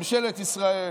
ממשלת ישראל